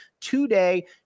today